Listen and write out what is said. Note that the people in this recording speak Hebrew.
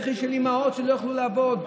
בכי של אימהות שלא יוכלו לעבוד,